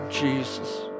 Jesus